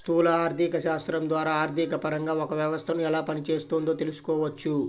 స్థూల ఆర్థికశాస్త్రం ద్వారా ఆర్థికపరంగా ఒక వ్యవస్థను ఎలా పనిచేస్తోందో తెలుసుకోవచ్చు